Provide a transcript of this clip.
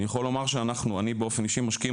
אני יכול לומר שאנחנו אני באופן אישי משקיעים